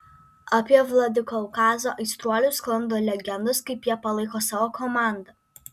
apie vladikaukazo aistruolius sklando legendos kaip jie palaiko savo komandą